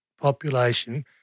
population